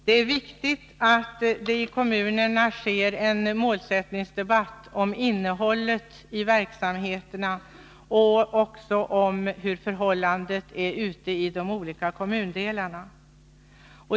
Det är viktigt att det i kommunerna förs en målsättningsdebatt om innehållet i verksamheterna och också om hur förhållandet är ute i de olika kommundelarna.